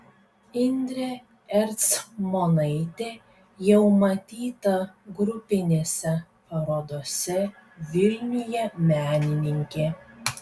indrė ercmonaitė jau matyta grupinėse parodose vilniuje menininkė